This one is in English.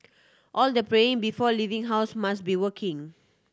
all the praying before leaving house must be working